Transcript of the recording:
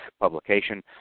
publication